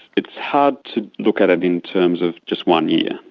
it's hard to look at it in terms of just one year.